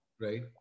right